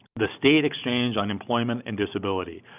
the state exchange on employment and disability.